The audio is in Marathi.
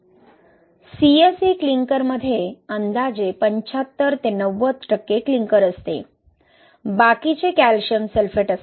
CSA क्लिंकरमध्ये अंदाजे 75 ते 90 टक्के क्लिंकर असते बाकीचे कॅल्शियम सल्फेट असते